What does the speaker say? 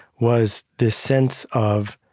was this sense of,